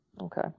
Okay